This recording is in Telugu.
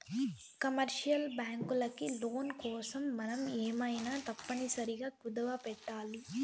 కమర్షియల్ బ్యాంకులకి లోన్ కోసం మనం ఏమైనా తప్పనిసరిగా కుదవపెట్టాలి